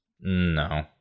No